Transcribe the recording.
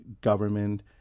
government